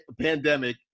pandemic